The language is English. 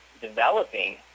developing